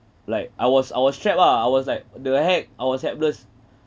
like I was I was trapped ah I was like the heck I was helpless